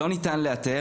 "לא ניתן לאתר,